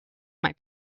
might